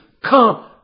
come